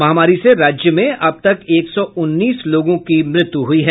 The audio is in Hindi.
महामारी से राज्य में अब तक एक सौ उन्नीस लोगों की मृत्यु हुयी है